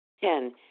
ten